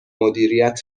مدیریت